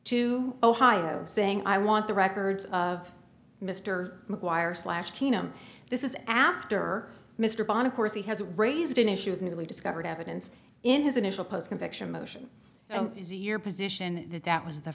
to ohio saying i want the records of mr mcguire slash keenum this is after mr bond of course he has raised an issue of newly discovered evidence in his initial post conviction motion so is your position that that was the